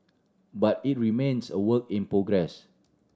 but it remains a work in progress